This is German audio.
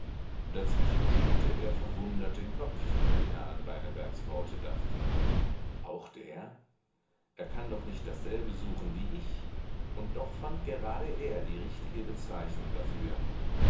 dazwischen schüttelte er verwundert den kopf wenn er an beinebergs worte dachte auch der er kann doch nicht dasselbe suchen wie ich und doch fand gerade er die richtige bezeichnung dafür